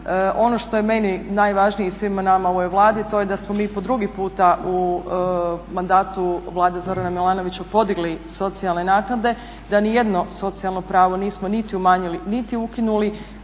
Ono što je meni najvažnije i svima nama u ovoj Vladi to je da smo mi po drugi puta u mandatu Vlade Zorana Milanovića podigli socijalne naknade, da ni jedno socijalno pravo nismo niti umanjili, niti ukinuli,